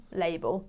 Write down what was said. label